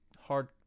hard